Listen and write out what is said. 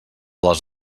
les